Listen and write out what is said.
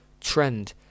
trend